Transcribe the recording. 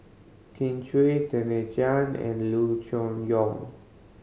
Kin Chui Tan and Loo Choon Yong